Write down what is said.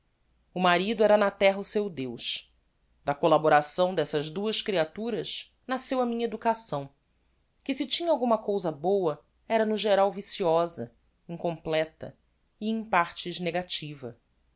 o marido era na terra o seu deus da collaboração dessas duas creaturas nasceu a minha educação que se tinha alguma cousa boa era no geral viciosa incompleta e em partes negativa